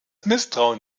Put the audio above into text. misstrauen